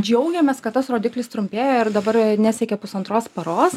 džiaugiamės kad tas rodiklis trumpėja ir dabar nesiekia pusantros paros